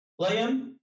liam